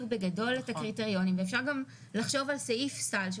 בגדול את הקריטריונים ואפשר גם לחשוב על סעיף סל של